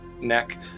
neck